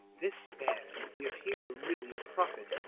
this man, if he were really a prophet,